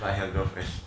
I have girlfriends